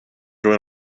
join